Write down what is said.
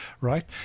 right